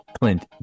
Clint